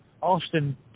Austin